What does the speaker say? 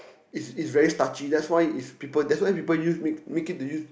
is is very starchy that's why is people that's why people use make make it to use